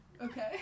Okay